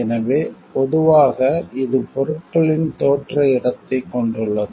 எனவே பொதுவாக இது பொருட்களின் தோற்ற இடத்தைக் கொண்டுள்ளது